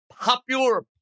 popular